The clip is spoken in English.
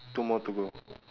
two more to go